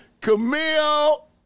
camille